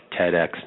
TEDx